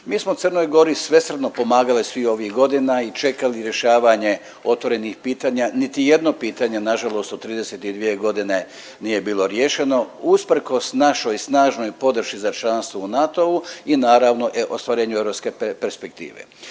Mi smo Crnoj Gori svesrdno pomagali svih ovih godina i čekali rješavanje otvorenih pitanja. Niti jedno pitanje na žalost u 32 godine nije bilo riješeno usprkos našoj snažnoj podršci za članstvo u NATO-u i naravno ostvarenju europske perspektive.